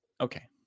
Okay